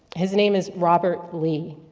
his name is robert lee,